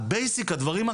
הדברים הבסיסיים,